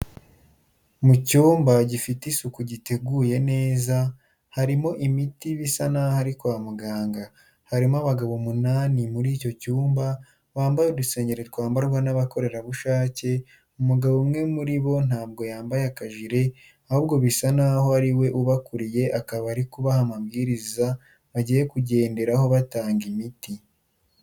Mu cyumba gifite isuku giteguye neza, harimo imiti bisa naho ari kwa muganga. Harimo abagabo umunani muri icyo cyumba bambaye udusengeri twamabarwa n'abakorerabushake, umugabo umwe muri bo ntabwo yambaye akajiri ahubwo bisa naho ari we ubakuriya akaba ari kubaha amabwiriza bagiye kugenderaho batanga imiti.